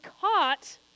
caught